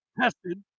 tested